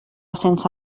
sense